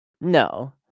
No